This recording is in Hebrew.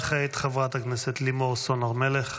וכעת חברת הכנסת לימור סון הר מלך.